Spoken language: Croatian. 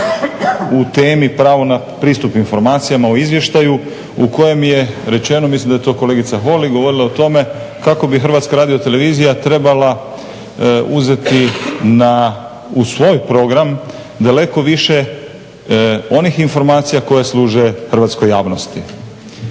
u temi pravo na pristup informacijama o izvještaju u kojem je rečeno, mislim da je to kolegica Holy govorila o tome, kako bi HRT trebala uzeti u svoj program daleko više onih informacija koje služe hrvatskoj javnosti.